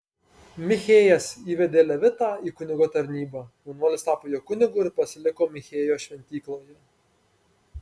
michėjas įvedė levitą į kunigo tarnybą jaunuolis tapo jo kunigu ir pasiliko michėjo šventykloje